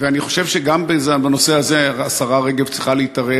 ואני חושב שגם בנושא הזה השרה רגב צריכה להתערב.